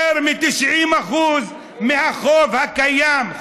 יותר מ-90% מהחוב הקיים,